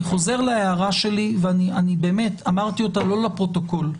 אני חוזר להערה שלי ואני באמת אמרתי אותה לא לפרוטוקול.